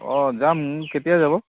অঁ যাম কেতিয়া যাব